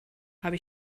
habe